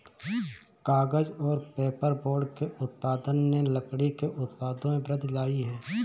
कागज़ और पेपरबोर्ड के उत्पादन ने लकड़ी के उत्पादों में वृद्धि लायी है